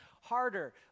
harder